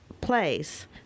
place